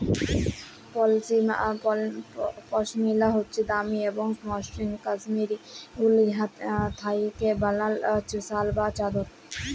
পশমিলা হছে দামি এবং মসৃল কাশ্মীরি উল থ্যাইকে বালাল শাল বা চাদর